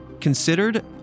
considered